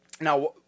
Now